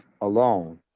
alone